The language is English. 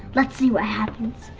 let's see what happens.